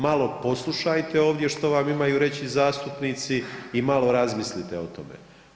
Malo poslušajte ovdje što vam imaju reći zastupnici i malo razmislite o tome.